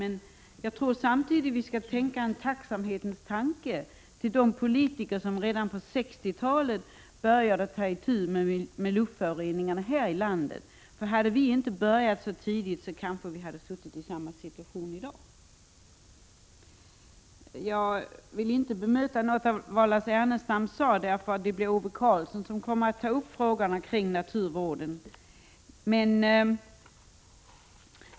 Men jag tror samtidigt att vi skall ägna en tacksamhetens tanke åt de politiker som redan på 60-talet började ta itu med luftföroreningarna här i landet. Hade vi inte börjat så tidigt hade vi kanske suttit i samma situation i dag. Jag tänker inte bemöta vad Lars Ernestam sade. Det blir Ove Karlsson som kommer att ta upp frågorna kring naturvården.